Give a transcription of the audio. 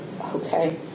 Okay